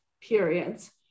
periods